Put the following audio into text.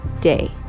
day